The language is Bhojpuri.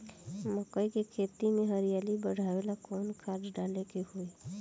मकई के खेती में हरियाली बढ़ावेला कवन खाद डाले के होई?